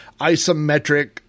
isometric